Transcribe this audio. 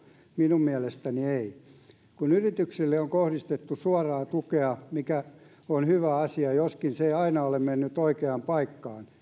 minun mielestäni ei yrityksille on kohdistettu suoraa tukea mikä on hyvä asia joskaan se ei aina ole mennyt oikeaan paikkaan